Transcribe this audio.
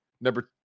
Number